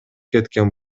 кеткен